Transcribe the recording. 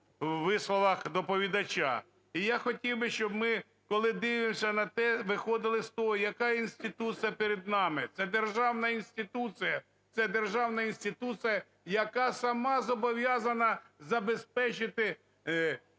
висловах доповідача. І я хотів би, щоб ми, коли дивимося на те, виходили з того, яка інституція перед нами. Це державна інституція. Це державна інституція, яка сама зобов'язана забезпечити